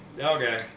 okay